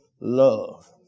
love